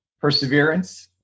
perseverance